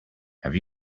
have